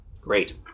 Great